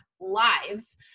lives